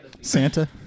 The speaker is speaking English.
Santa